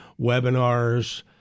webinars